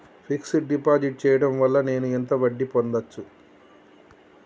Fix డ్ deposit చేయటం వల్ల నేను ఎంత వడ్డీ పొందచ్చు?